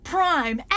Prime